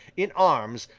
in arms,